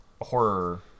Horror